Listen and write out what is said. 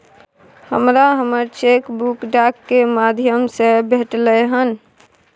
हमरा हमर cheque book डाक के माध्यम से भेटलय हन